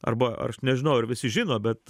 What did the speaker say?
arba ar aš nežinau ar visi žino bet